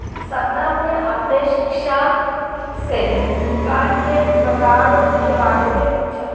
शबनम ने अपने शिक्षक से कर के प्रकारों के बारे में पूछा